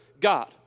God